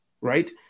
right